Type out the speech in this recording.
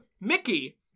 Mickey